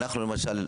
אנחנו למשל,